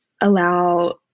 allow